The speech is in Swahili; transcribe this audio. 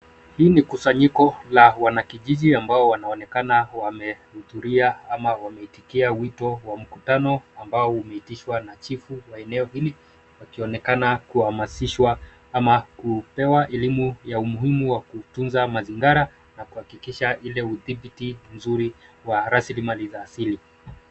Hii ni kusanyiko ya wanakijiji ambao wanaonekana wamehudhuria ama wametikia wito wa mkutano ambao umeitishwa na chifu wa eneo hili wakionekana kuhamasishwa ama kupewa elimu ya umuhimu wa kutunza mazingira na kuhakikisha ile udhibiti mzuri wa raslimali za asili.